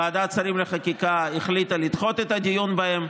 ועדת שרים לחקיקה החליטה לדחות את הדיון בהן.